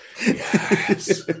Yes